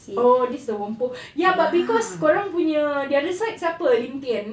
oh this is the whampoa ya but cause kau orang punya the other side siapa lim tian